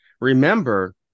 Remember